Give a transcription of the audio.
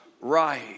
right